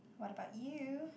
what about you